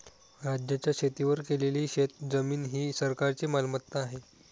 राज्याच्या शेतीवर केलेली शेतजमीन ही सरकारची मालमत्ता आहे